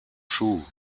shoe